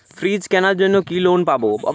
Fridge কেনার জন্য কি লোন পাব?